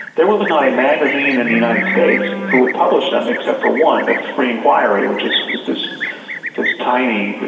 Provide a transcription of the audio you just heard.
there was not a magazine in the united states who would publish them except for one, at free inquiry which is this this tiny,